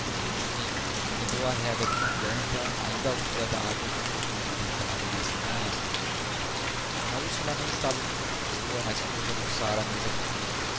enfim recomendou a rega de uma planta ainda úmida da água que o feitor lhe deitara nessa manhã d úrsula não estava de todo boa mas pôde almoçar à mesa comum